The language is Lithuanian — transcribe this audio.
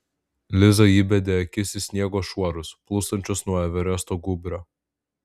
liza įbedė akis į sniego šuorus plūstančius nuo everesto gūbrio